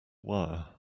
wire